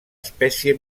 espècie